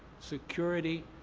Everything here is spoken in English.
security,